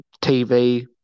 TV